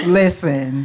listen